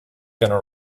gonna